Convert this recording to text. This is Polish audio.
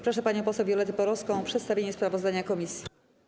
Proszę panią poseł Violettę Porowską o przedstawienie sprawozdania komisji.